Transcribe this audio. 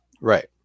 right